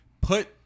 Put